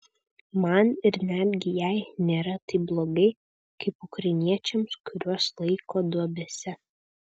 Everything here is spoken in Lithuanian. man ir netgi jai nėra taip blogai kaip ukrainiečiams kuriuos laiko duobėse